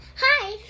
Hi